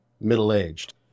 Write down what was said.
middle-aged